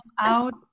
out